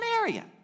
area